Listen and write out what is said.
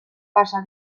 pasa